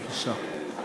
בבקשה.